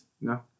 No